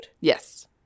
Yes